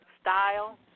style